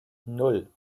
nan